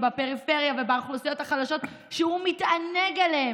בפריפריה ובאוכלוסיות החלשות שהוא מתענג עליה,